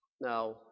Now